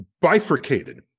bifurcated